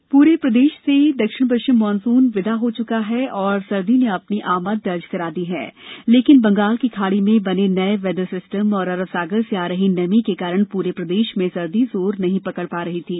मौसम प्ररे प्रदेश से दक्षिण पश्चिम मानसून विदा ले चुका है और सदी ने अपनी आमद दर्ज करा दी है लेकिन बंगाल की खाड़ी में बने नये वेदर सिस्टम और अरब सागर से आ रही नमी के कारण पूरे प्रदेश में सर्दी जोर नहीं पकड़ पा रही थी